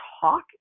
talk